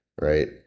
right